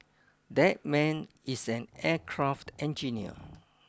that man is an aircraft engineer